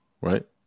Right